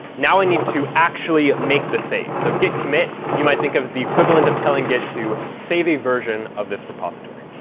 now i need to actually make the save. so git commit you might think of as the equivalent of telling git to save a version of this repository.